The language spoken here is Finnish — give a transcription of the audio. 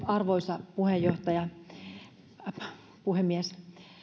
arvoisa puhemies